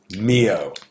Mio